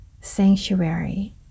sanctuary